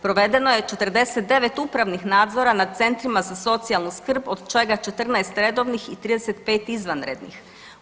Provedeno je 49 upravnih nadzora nad centrima za socijalnu skrb od čega 14 redovnih i 35 izvanrednih.